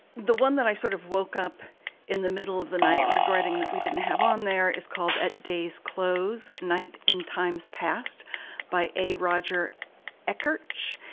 the one that i sort of woke up in the middle of the night regretting that we didn't have on there is called at day's close night in times past by a roger ekirch.